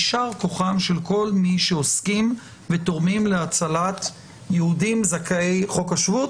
אז יישר כוחם של כל מי שעוסקים ותורמים להצלת יהודים זכאי חוק השבות,